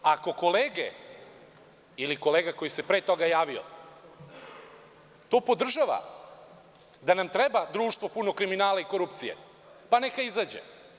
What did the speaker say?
Ako kolege ili kolega koji se pre toga javio to podržavaju, da nam treba društvo puno kriminala i korupcije, neka izađe.